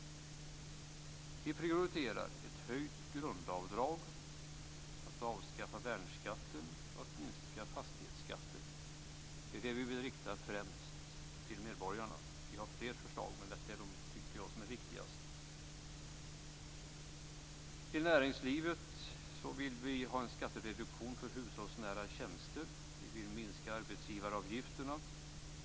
Vi prioriterar ett höjt grundavdrag, avskaffad värnskatt och minskad fastighetsskatt. Det är vad vi främst vill rikta till medborgarna. Vi har fler förslag men de här förslagen tycker jag är viktigast. För näringslivet vill vi ha en skattereduktion för hushållsnära tjänster. Vi vill minska arbetsgivaravgifterna.